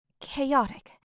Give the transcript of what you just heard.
chaotic